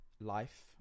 life